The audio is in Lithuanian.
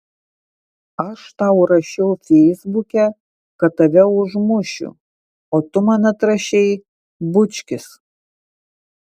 aš tau rašiau feisbuke kad tave užmušiu o tu man atrašei bučkis